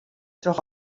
troch